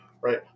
right